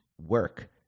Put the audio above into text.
work